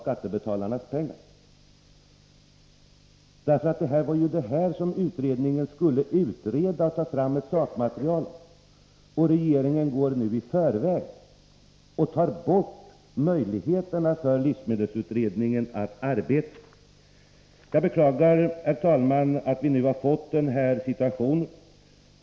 Det var nämligen de här frågorna som utredningen skulle studera och ta fram sakmaterial om. Regeringen går nu i förväg och tar bort möjligheterna för livsmedelsutredningen att arbeta. Jag beklagar, herr talman, att vi nu har fått den här situationen.